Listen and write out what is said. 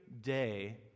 day